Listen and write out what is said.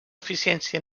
eficiència